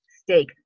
steak